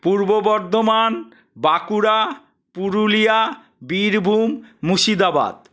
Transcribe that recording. Purba Bardhaman Bankura Purulia Birbhum Murshidabad